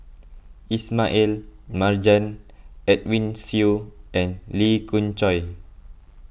Ismail Marjan Edwin Siew and Lee Khoon Choy